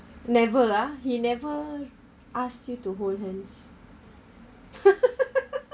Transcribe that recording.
never ah he never ask you to hold hands